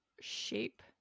shape